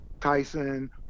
tyson